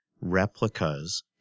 replicas